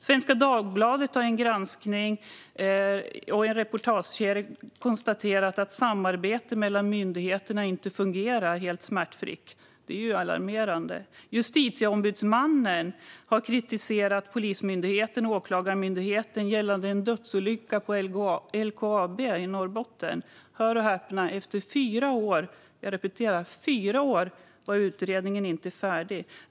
Svenska Dagbladet har i en reportageserie konstaterat att samarbetet mellan myndigheterna inte fungerar helt smärtfritt. Det är alarmerande. Justitieombudsmannen har kritiserat Polismyndigheten och Åklagarmyndigheten gällande en dödsolycka på LKAB i Norrbotten. Hör och häpna - efter fyra år var utredningen inte färdig. Fyra år!